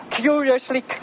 curiously